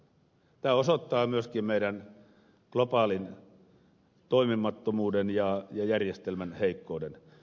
tämä osoittaa myöskin globaalin toimimattomuuden ja järjestelmän heikkouden